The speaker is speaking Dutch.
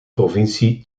provincie